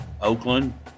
Oakland